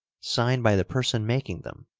signed by the person making them,